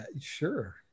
sure